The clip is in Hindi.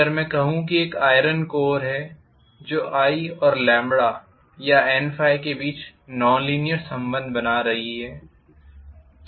अगर मैं कहूं कि एक आइरन कोर है जो i और या N के बीच नॉन लीनीयर संबंध बना रही है